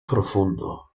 profundo